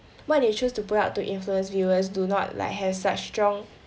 what they chose to put out to influence viewers do not like have such strong